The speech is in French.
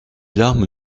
larmes